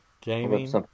Gaming